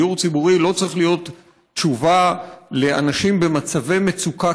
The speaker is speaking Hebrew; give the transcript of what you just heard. דיור ציבורי לא צריך להיות תשובה לאנשים במצבי מצוקה